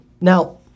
Now